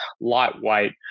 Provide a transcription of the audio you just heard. lightweight